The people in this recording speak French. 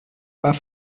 pas